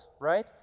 right